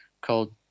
called